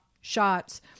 shots